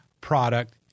product